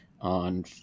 on